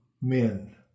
men